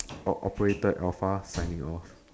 o~ operator alpha signing off